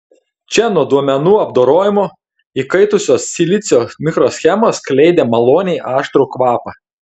čia nuo duomenų apdorojimo įkaitusios silicio mikroschemos skleidė maloniai aštrų kvapą